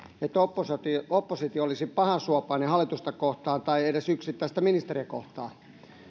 että oppositio oppositio olisi pahansuopainen hallitusta kohtaan tai edes yksittäistä ministeriä kohtaan